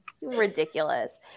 ridiculous